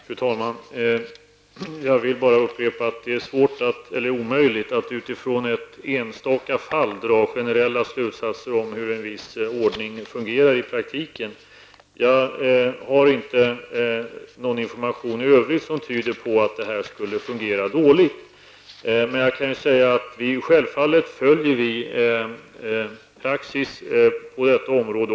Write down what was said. Fru talman! Jag vill bara upprepa att det är svårt eller omöjligt att utifrån ett enstaka fall dra generella slutsatser om hur en viss ordning fungerar i praktiken. Jag har inte någon information i övrigt som tyder på att detta skulle fungera dåligt. Vi följer självfallet praxis också på detta område.